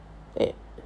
eh